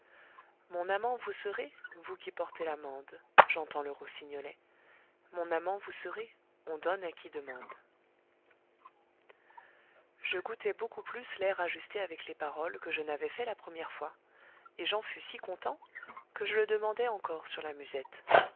mon amant vous serez vous qui portez l'amande j'entends le rossignolet mon amant vous serez on donne à qui demande je goûtai beaucoup plus l'air ajusté avec les paroles que je n'avais fait la première fois et j'en fus si content que je le demandai encore sur la musette